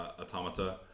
Automata